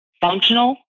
functional